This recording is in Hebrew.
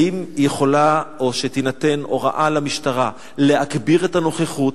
האם יכולה או שניתנה הוראה למשטרה להגביר את הנוכחות,